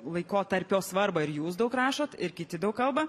laikotarpio svarbą ir jūs daug rašot ir kiti daug kalba